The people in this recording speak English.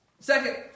Second